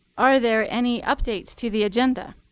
are there any updates to the agenda?